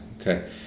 okay